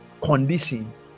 conditions